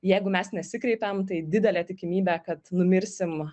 jeigu mes nesikreipiam tai didelė tikimybė kad numirsim